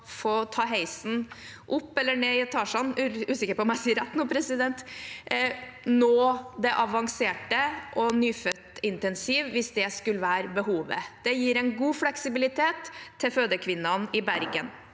å ta heisen opp eller ned i etasjene – jeg er usikker på om jeg sier rett nå – nå det avanserte og nyfødtintensiv hvis det skulle være behovet. Det gir en god fleksibilitet til fødekvinnene i Bergen.